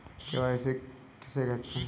KYC किसे कहते हैं?